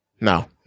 No